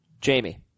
Jamie